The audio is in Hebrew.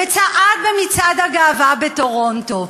וצעד במצעד הגאווה בטורונטו?